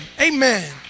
Amen